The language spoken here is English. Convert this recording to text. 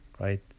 right